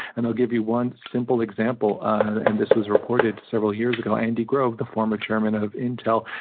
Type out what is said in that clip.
and i'll give you one simple example, and this was reported several years ago. andy grove, the former chairman of intel,